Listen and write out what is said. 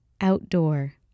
Outdoor